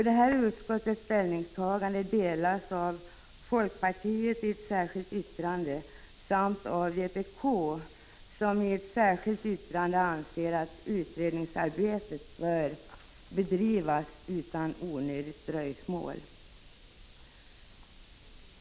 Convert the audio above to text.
Detta utskottets ställningstagande delas av folkpartiet, något som framförs i ett särskilt yttrande, samt av vpk, som i ett särskilt yttrande anser att utredningsarbetet bör bedrivas utan onödigt dröjsmål.